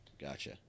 Gotcha